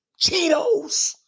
Cheetos